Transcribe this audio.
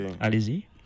Allez-y